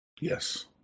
Yes